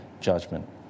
judgment